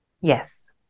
Yes